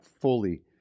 fully